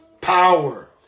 power